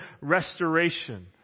restoration